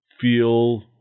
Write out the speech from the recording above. feel